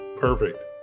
Perfect